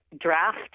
draft